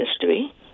history